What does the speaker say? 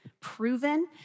proven